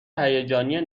هیجانی